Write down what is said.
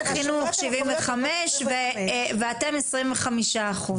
שבעים וחמישה אחוז, ואתם עשרים וחמישה אחוז?